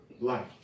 Life